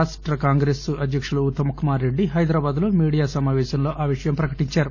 రాష్ట కాంగ్రెస్ అధ్యక్తుడు ఉత్తమ్ కుమార్ రెడ్డి హైదరాబాద్ లో మీడియా సమాపేశంలో ఆ విషయం ప్రకటించారు